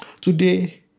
Today